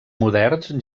moderns